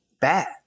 bad